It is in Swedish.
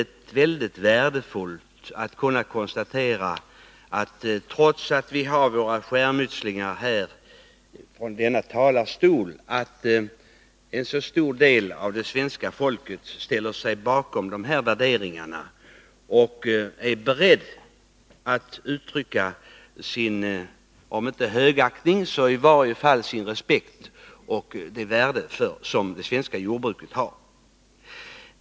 Det är mycket värdefullt att vi — trots våra skärmytslingar i denna kammare — kan konstatera att en så stor del av det svenska folket ställer sig bakom dessa värderingar och är berett att uttrycka om inte sin högaktning så i varje fall sin respekt för det värde som det svenska jordbruket har.